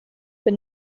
für